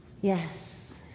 Yes